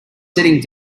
sitting